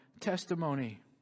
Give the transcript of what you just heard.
testimony